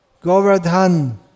Govardhan